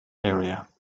area